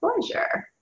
pleasure